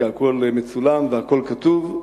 כי הכול מצולם והכול כתוב,